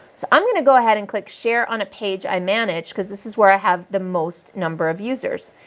so, i'm going to go ahead and click share on a page i manage because this is where i have the most number of users.